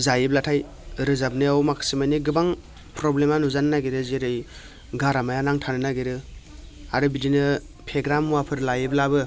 जायोब्लाथाय रोजाबनायाव माखासे मानि गोबां प्रब्लेमा नुजानो नागिरो जेरै गारामाया नांथानो नागिरो आरो बिदिनो फेग्रा मुवाफोर लायोब्लाबो